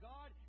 God